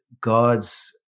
God's